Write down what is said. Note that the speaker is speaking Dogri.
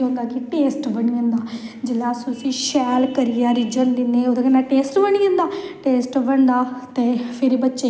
शैल बनांदे फिर भोले दी बरात आई गज्ज बज्ज के शैल भांगड़ा मारदे